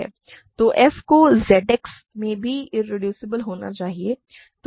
तो f को Z X में भी इरेड्यूसिबल होना चाहिए